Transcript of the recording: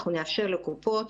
אנחנו נאשר לקופות,